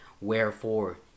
Wherefore